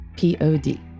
Pod